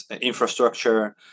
infrastructure